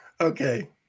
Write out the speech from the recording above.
Okay